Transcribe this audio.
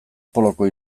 poloko